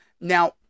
Now